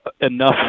enough